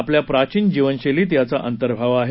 आपल्या प्राचीन जीवनशैलीत याचा अंतर्भाव आहे